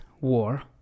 war